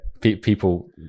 people